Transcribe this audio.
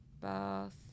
Bath